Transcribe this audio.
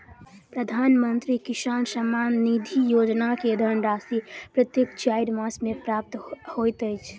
प्रधानमंत्री किसान सम्मान निधि योजना के धनराशि प्रत्येक चाइर मास मे प्राप्त होइत अछि